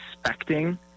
expecting